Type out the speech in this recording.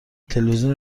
تلویزیون